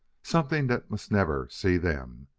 something that must never see them,